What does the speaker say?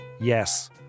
Yes